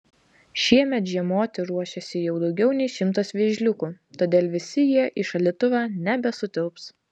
šiemet žiemoti ruošiasi jau daugiau nei šimtas vėžliukų todėl visi jie į šaldytuvą nebesutilps